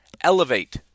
elevate